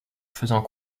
faisant